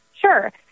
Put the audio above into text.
Sure